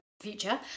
future